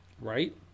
Right